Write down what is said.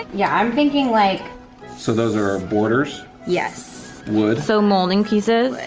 yeah, i'm thinking like so those are our borders? yes. wood. so molding pieces?